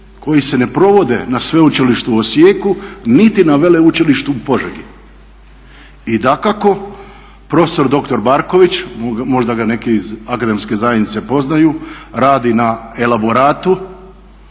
koji se ne provode na Sveučilištu u Osijeku niti na Veleučilištu u Požegi i dakako prof.dr.Barković, možda ga neki iz akademske zajednice poznaju, radi na elaboratu